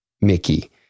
Mickey